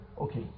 okay